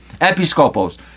Episcopos